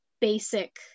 basic